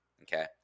okay